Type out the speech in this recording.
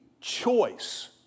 choice